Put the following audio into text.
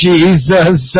Jesus